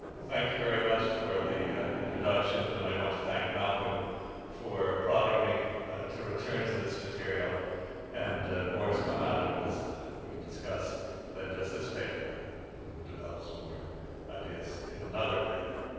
thank you very much for the introduction, and i want to thank malcolm for prodding me to return to this material and more has come out of it as we can discuss than just this paper, it develops more ideas in another paper.